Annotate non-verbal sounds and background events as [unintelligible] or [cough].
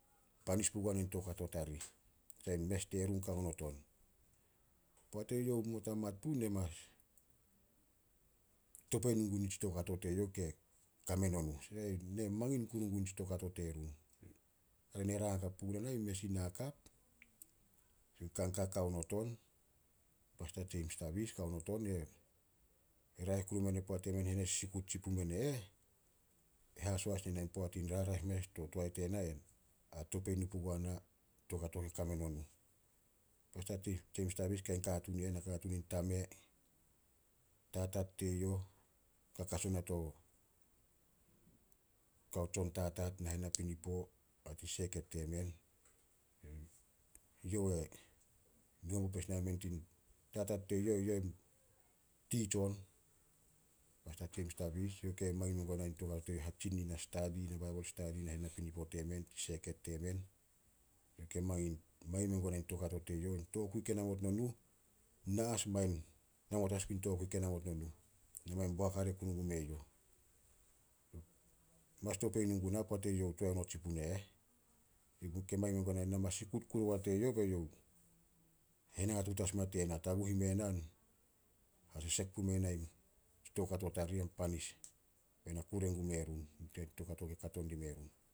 Panis pugua na toukato tarih. [unintelligible] Mes terun kao not on. Poat eyouh mei not a mat puh, na mas topei nu gun toukato teyouh. [unintelligible] [unintelligible] Mangin kuru gun tsi toukato terun. Hare ne rang hakap puguna na, mes i na hakap, kanka kao not on, Pasta James Tavis kao not on. E raeh kuru mene poat emen henesiksikut sin puno men e eh, e haso as nai na toae tena topei nu pugua na toukato ke kame no nuh. Pasta [unintelligible] James Tavis kain katuun i eh, nakatuun in tame. Tatat teyouh kakas ona to kao tsontatat nahen napinipo a tin seket temen. Youh e nu haobot mes nai men tin, [unintelligible] youh e teach on, pasta James Tavis. Youh ke mangin mengua na toukato ih, hatsin nin na stadi, na baibol stadi nahen napinipo temen a tin seket temen. Ke mangin- mangin mengua na toukato teyouh. Tokui ke namot no nuh, na as mangin namot as gun in tokui ke namot no nuh. Na mangin boak hare kuru gume youh. Mas topei nu guna poat eyouh toae sin pune eh. Youh ke mangin mengua na, na mas sikut kuru ogua teyouh, be youh, henatuut as mea tena, taguh ime na hasesek pume na toukato tarih a panis be na kure gume run, tsi toukato kato dime run.